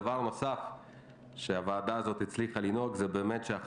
דבר נוסף שהוועדה הזאת התחילה לדאוג לו זה שהחיילים